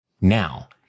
Now